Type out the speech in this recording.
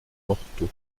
morteau